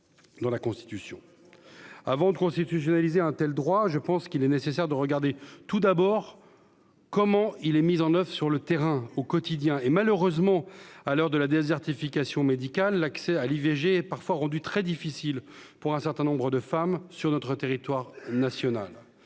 dans la Constitution. Avant de constitutionnaliser un tel droit, je pense qu'il est nécessaire de regarder la façon dont il est mis en oeuvre sur le terrain, au quotidien. Malheureusement, à l'heure de la désertification médicale, l'accès à l'IVG est rendu parfois très difficile pour un certain nombre de femmes sur le territoire national.